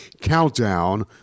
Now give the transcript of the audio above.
countdown